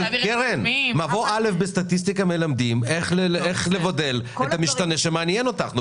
במבוא א' בסטטיסטיקה מלמדים איך לבדל את המשתנה שמעניין אותך.